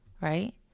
right